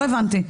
לא הבנתי.